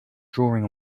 drawing